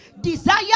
Desire